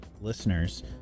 listeners